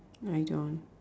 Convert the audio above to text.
no I don't